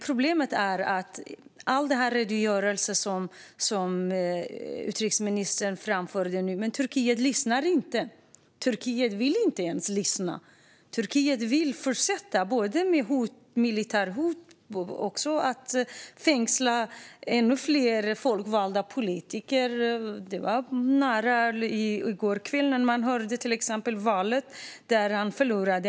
Problemet är att Turkiet inte lyssnar, trots alla redogörelser som den som utrikesministern nu framförde. Turkiet vill inte lyssna. Turkiet vill fortsätta både med militära hot och med att fängsla ännu fler folkvalda politiker. Det var nära i går kväll, till exempel, när man hörde att man förlorat valet.